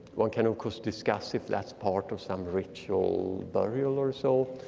one can of course discuss if that's part of some ritual burial or so.